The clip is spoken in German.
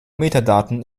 metadaten